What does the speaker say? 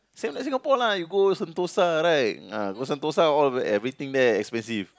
same like Singapore lah you go Sentosa right uh go Sentosa all everything there expensive